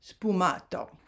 Spumato